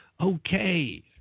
Okay